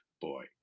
boy